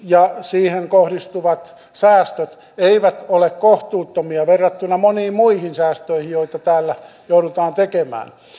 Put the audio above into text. ja siihen kohdistuvat säästöt eivät ole kohtuuttomia verrattuna moniin muihin säästöihin joita täällä joudutaan tekemään